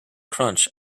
crunch